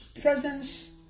presence